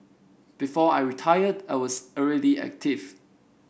before I retired I was already active